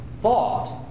thought